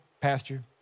pastor